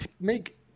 make